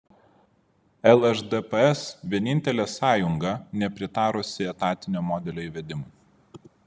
lšdps vienintelė sąjunga nepritarusi etatinio modelio įvedimui